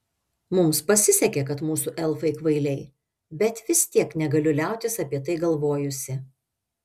mums pasisekė kad mūsų elfai kvailiai bet vis tiek negaliu liautis apie tai galvojusi